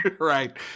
right